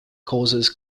causes